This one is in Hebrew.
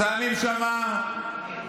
כבר שנים --- די להסית.